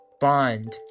Bond